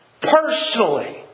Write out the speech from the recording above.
personally